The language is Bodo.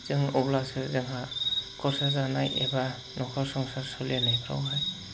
जों अब्लासो जोंहा खरसा जानाय एबा न'खर संसार सोलिनायफ्राव